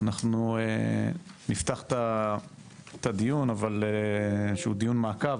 אנחנו נפתח את הדיון, שהוא דיון מעקב.